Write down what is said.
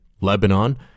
Lebanon